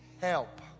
help